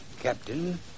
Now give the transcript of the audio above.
Captain